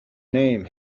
name